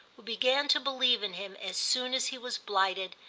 who began to believe in him as soon as he was blighted,